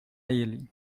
ele